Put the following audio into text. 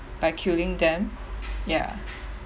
by killing them ya